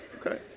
Okay